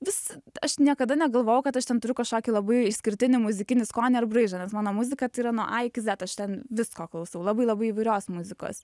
vis aš niekada negalvojau kad aš ten turiu kažkokį labai išskirtinį muzikinį skonį ar braižą nes mano muzika tai yra nuo a iki zet aš ten visko klausau labai labai įvairios muzikos